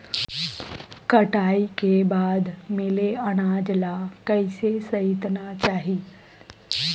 कटाई के बाद मिले अनाज ला कइसे संइतना चाही?